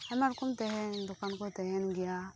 ᱟᱭᱢᱟ ᱨᱚᱠᱚᱢ ᱛᱟᱦᱮᱱ ᱫᱚᱠᱟᱱ ᱠᱚ ᱛᱟᱦᱮᱱ ᱜᱮᱭᱟ